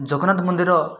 ଜଗନ୍ନାଥ ମନ୍ଦିର